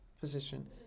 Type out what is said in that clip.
position